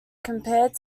compared